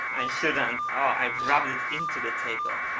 i shouldn't. oh, i rubbed it into the table.